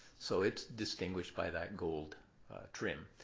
so it's distinguished by that gold trim.